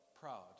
proud